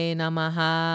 Namaha